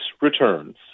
returns